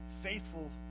faithful